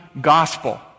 gospel